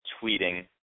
tweeting